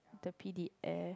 the P_D_F